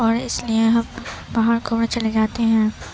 اور اس لیے ہم باہر گھومنے چلے جاتے ہیں